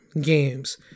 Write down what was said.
Games